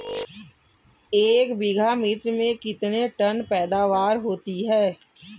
एक बीघा मिर्च में कितने टन पैदावार होती है?